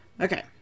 Okay